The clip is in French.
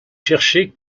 chercher